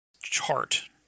chart